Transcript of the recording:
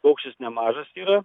paukštis nemažas yra